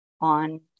on